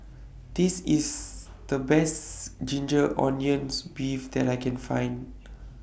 This IS The Best Ginger Onions Beef that I Can Find